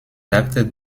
actes